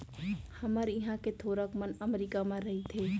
हमर इहॉं के थोरक मन अमरीका म रइथें